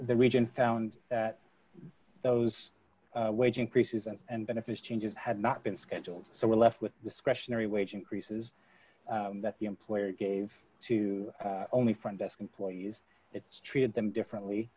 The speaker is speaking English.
the region found that those wage increases and benefits changes had not been scheduled so we're left with discretionary wage increases that the employer gave to only front desk employees it's treated them differently